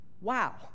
Wow